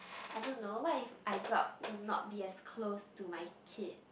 I don't know what if I grow up to not be as close to my kid